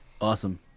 Awesome